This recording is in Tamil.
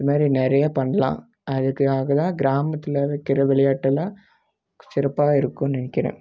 இந்த மாதிரி நிறைய பண்ணலாம் அதுக்காக தான் கிராமத்தில் வைக்கிற விளையாட்டெல்லாம் சிறப்பாக இருக்கும்னு நினைக்கிறேன்